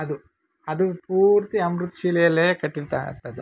ಅದು ಅದು ಪೂರ್ತಿ ಅಮೃತ ಶಿಲೆಯಲ್ಲೇ ಕಟ್ಟಿರ್ತಾ ಇರ್ತದು